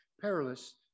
perilous